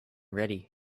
ready